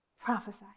prophesy